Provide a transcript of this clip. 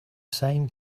same